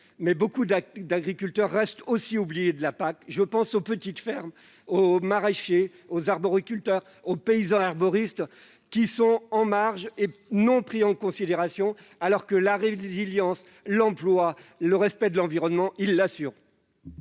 mais beaucoup d'agriculteurs restent aussi oubliés de la PAC. Je pense aux petites fermes, aux maraîchers, aux arboriculteurs, aux paysans herboristes, qui sont en marge du système et qui ne sont pas pris en considération, alors qu'ils assurent la résilience, l'emploi et le respect de l'environnement. La parole